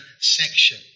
section